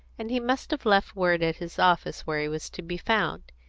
and he must have left word at his office where he was to be found.